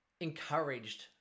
encouraged